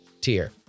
tier